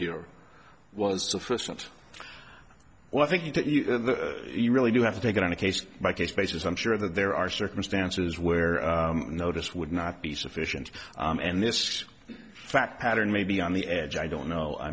here was sufficient well i think you really do have to take it on a case by case basis i'm sure that there are circumstances where notice would not be sufficient and this fact pattern may be on the edge i don't know i